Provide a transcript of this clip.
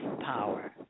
power